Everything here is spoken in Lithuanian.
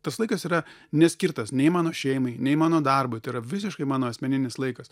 tas laikas yra neskirtas nei mano šeimai nei mano darbui tai yra visiškai mano asmeninis laikas